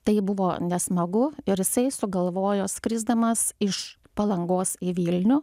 tai buvo nesmagu ir jisai sugalvojo skrisdamas iš palangos į vilnių